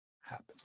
happen